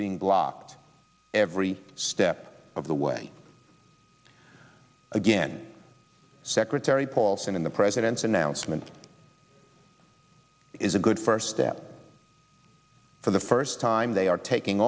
being blocked every step of the way again secretary paulson in the president's announcement is a good first step for the first time they are taking